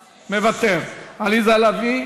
מוותר, עליזה לביא,